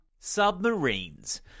Submarines